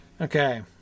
Okay